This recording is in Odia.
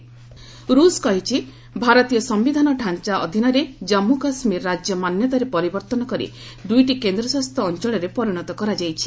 ରୁଷ୍ କେକେ ର୍ଷ୍ କହିଛି ଭାରତୀୟ ସମ୍ଭିଧାନ ଢାଞ୍ଚା ଅଧୀନରେ ଜନ୍ମ୍ର କାଶୁୀର ରାଜ୍ୟ ମାନ୍ୟତାରେ ପରିବର୍ତ୍ତନ କରି ଦୁଇଟି କେନ୍ଦ୍ରଶାସିତ ଅଞ୍ଚଳରେ ପରିଣତ କରାଯାଇଛି